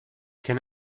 can